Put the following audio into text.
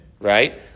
Right